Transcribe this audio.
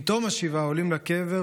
עם תום השבעה עולים לקבר,